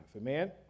amen